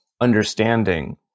understanding